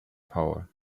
power